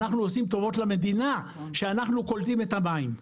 אנחנו עושים טובות למדינה שאנחנו קולטים את המים.